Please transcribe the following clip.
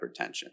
hypertension